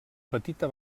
petita